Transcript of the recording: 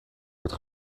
wordt